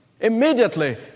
Immediately